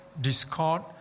discord